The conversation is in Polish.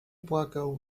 płakał